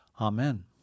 Amen